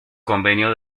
convenio